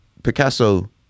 Picasso